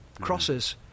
Crosses